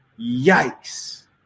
Yikes